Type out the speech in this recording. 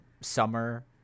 summer